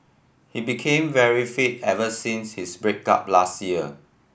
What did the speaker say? he became very fit ever since his break up last year